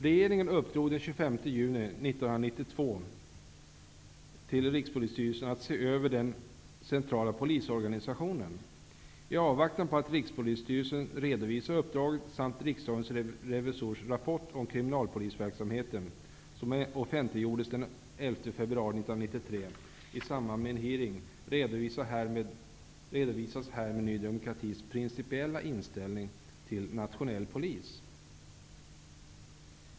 Regeringen uppdrog den 25 juni 1992 till Rikspolisstyrelsen att se över den centrala polisorganisationen. I avvaktan på att Rikspolisstyrelsen redovisar uppdraget samt med tanke på riksdagens revisorers rapport om kriminalpolisverksamheten, som offentliggjordes den 11 februari 1993 i samband med en hearing, vill jag härmed redogöra för Ny demokratis principiella inställning till nationell polis.